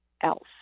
else